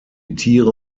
tiere